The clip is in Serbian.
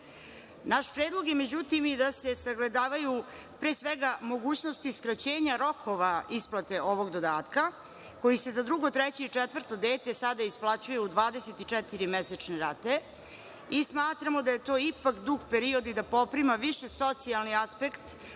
predlog je međutim i da se sagledavaju pre svega mogućnosti skraćenja rokova isplate ovog dodatka koji se za drugo, treće i četvrto sada isplaćuje u 24 mesečne rate i smatramo da je to ipak dug period i da poprima više socijalni aspekt